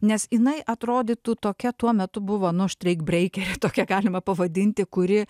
nes jinai atrodytų tokia tuo metu buvo nuo štreik breikerė tokia galima pavadinti kuri